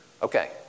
Okay